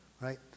right